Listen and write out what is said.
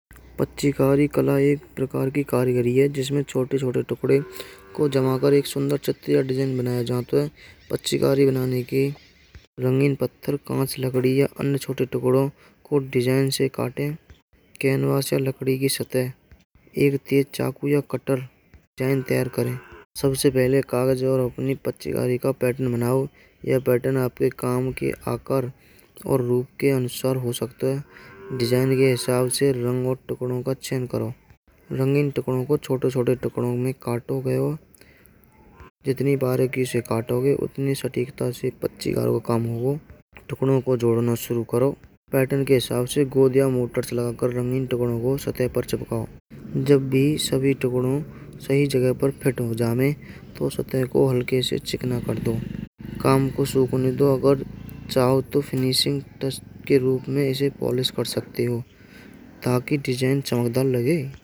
एक प्रकार की करी है जिसमें छोटे-छोटे टुकड़े को जमा कर एक सुंदर डिज़ाइन बनाया जाता है। बच्छिकारी बनाने की रंगीन पत्थर कांच लकड़ीया अन्य छोटे टुकड़ों को डिज़ाइन से काटे कैनवास से लकड़ी की सतह एक तेज चाकू या कटार जैन तैयार करें। सबसे पहले कागज़ और अपने बच्चे का पैटर्न बनाओ। यह पैटर्न आपके काम के आकार और रुख के अनुसार हो सकता है। डिज़ाइन के हिसाब से लँगोट गुणों का चयन करो। कट हो गए हो जितनी बार किसी काटोगे उतने सटीकता से बच्चे को कम होगा। टुकड़ों को जोड़ना शुरू करो पैटर्न के हिसाब से गोलियां मोटर्स लगाकर रंग का जब भी सभी टुकड़ों सही जगह पर फिट हो जवे। तो हो सकता है को हल्के से चिकना कर दूँ कम को सुकून नहीं दो अगर चाहो तो फिनिशिंग की के रूप, में इसे पॉलिश कर सकते। हो ताकि डिज़ाइन चमकदार लगे।